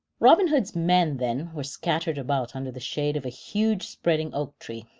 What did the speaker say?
robin hood's men, then, were scattered about under the shade of a huge spreading oak tree,